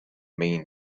mean